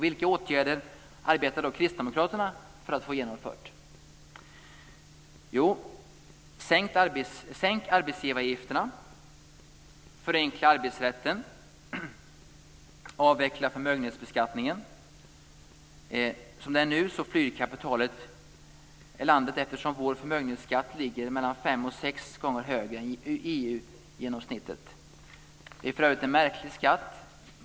Vilka åtgärder arbetar då Kristdemokraterna med för att få genomfört? · Avveckla förmögenhetsbeskattningen. Nu flyr kapitalet landet eftersom vår förmögenhetsskatt ligger mellan fem och sex gånger högre än EU genomsnittet. Det är för övrigt en märklig skatt.